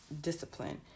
discipline